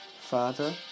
Father